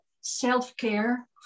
self-care